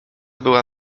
była